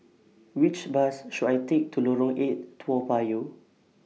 Which Bus should I Take to Lorong eight Toa Payoh